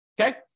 okay